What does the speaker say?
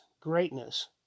greatness